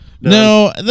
No